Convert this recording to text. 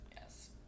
Yes